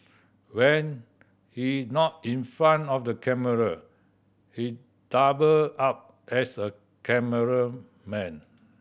when he not in front of the camera he double up as a cameraman